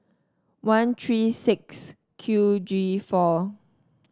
one three six Q G four